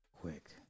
quick